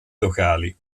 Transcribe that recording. locali